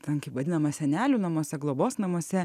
ten kai vadinamuos senelių namuose globos namuose